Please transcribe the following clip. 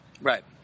Right